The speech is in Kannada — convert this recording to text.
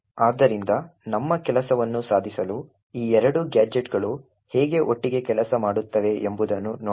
ಆದ್ದರಿಂದ ನಮ್ಮ ಕೆಲಸವನ್ನು ಸಾಧಿಸಲು ಈ ಎರಡು ಗ್ಯಾಜೆಟ್ಗಳು ಹೇಗೆ ಒಟ್ಟಿಗೆ ಕೆಲಸ ಮಾಡುತ್ತವೆ ಎಂಬುದನ್ನು ನೋಡೋಣ